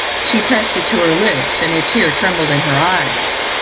she pressed it to her lips, and a tear trembled in her eyes.